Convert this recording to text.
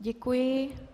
Děkuji.